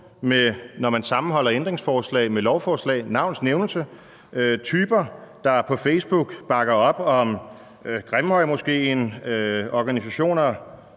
når man sammenholder ændringsforslag med lovforslag – med navns nævnelse gør opmærksom på typer, der på Facebook bakker op om Grimhøjmoskeen, organisationer,